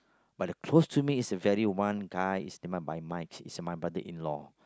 but the close to me is very one guy is my is my brother in law